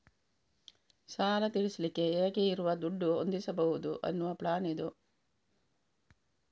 ಸಾಲ ತೀರಿಸಲಿಕ್ಕೆ ಹೇಗೆ ಇರುವ ದುಡ್ಡು ಹೊಂದಿಸ್ಬಹುದು ಅನ್ನುವ ಪ್ಲಾನ್ ಇದು